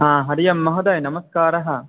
हा हरि ओं महोदय नमस्कारः